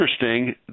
interesting